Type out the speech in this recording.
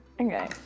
Okay